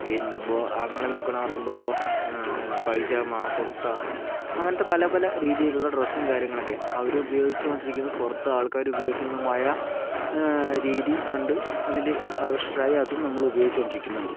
പിന്നെ ബൊ ആണുങ്ങളെ നോക്കുകയാണ് പറയുമ്പോൾ പൈജാമ കുർത്ത അങ്ങനത്തെ പല പല രീതിയിലുള്ള ഡ്രെസ്സും കാര്യങ്ങളൊക്കെ അവർ ഉപയോഗിച്ചു കൊണ്ടിരിക്കുന്നു പുറത്ത് ആൾക്കാരുപയോഗിക്കുന്നതുമായ രീതി കണ്ട് അതിൽ ആകൃഷ്ടരായി അതും നമ്മളുപയോഗിച്ചു കൊണ്ടിരിക്കുന്നുണ്ട്